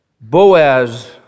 Boaz